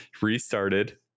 restarted